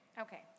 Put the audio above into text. Okay